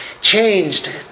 changed